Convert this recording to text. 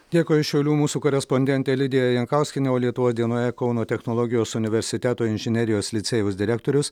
dėkui iš šiaulių mūsų korespondentė lidija jankauskienė o lietuvos dienoje kauno technologijos universiteto inžinerijos licėjaus direktorius